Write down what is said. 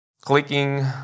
clicking